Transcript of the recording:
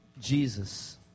Jesus